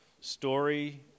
story